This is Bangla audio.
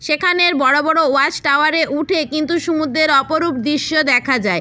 সেখানের বড়ো বড়ো ওয়াচ টাওয়ারে উঠে কিন্তু সুমুদ্রের অপরূপ দৃশ্য দেখা যায়